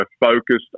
focused